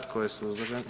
Tko je suzdržan?